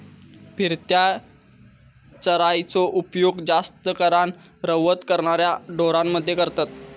फिरत्या चराइचो उपयोग जास्त करान रवंथ करणाऱ्या ढोरांमध्ये करतत